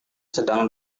sedang